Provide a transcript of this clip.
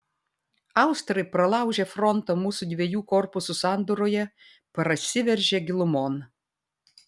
austrai pralaužę frontą mūsų dviejų korpusų sandūroje prasiveržė gilumon